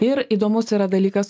ir įdomus yra dalykas